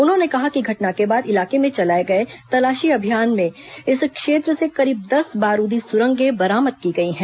उन्होंने कहा कि घटना के बाद इलाके में चलाए गए तलाशी अभियान में इस क्षेत्र से करीब दस बारूदी सुरंगें बरामद की गई हैं